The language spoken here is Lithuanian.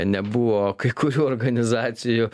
nebuvo kai kurių organizacijų